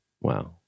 Wow